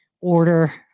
order